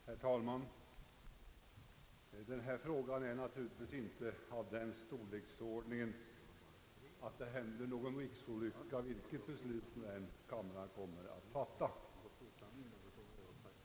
Herr talman! Den här frågan är naturligtvis inte av den storleksordningen att det händer någon riksolycka vilket beslut kamrarna än kommer att fatta.